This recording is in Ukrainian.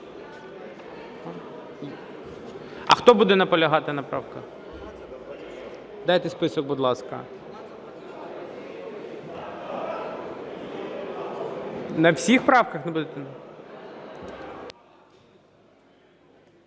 А хто буде наполягати на правках? Дайте список, будь ласка. На всіх правках ви будете?